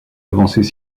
avancées